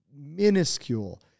minuscule